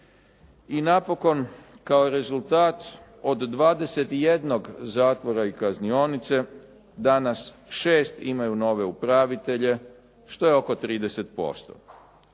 i napokon, kao rezultat od 21 zatvora i kaznionice, danas 6 imaju nove upravitelje, što je oko 30%.